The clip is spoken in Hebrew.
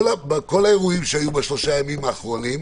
כל האירועים שהיו ב-3 הימים האחרונים,